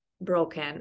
broken